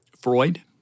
Freud